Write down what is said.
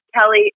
kelly